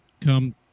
come